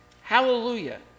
Hallelujah